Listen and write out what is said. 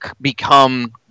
become